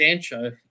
Sancho